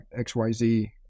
XYZ